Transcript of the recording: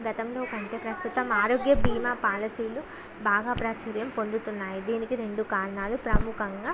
గతంలో కంటే ప్రస్తుతం ఆరోగ్య భీమా పాలసీలు బాగా ప్రాచుర్యం పొందుతున్నాయి దీనికి రెండు కారణాలు ప్రముఖంగా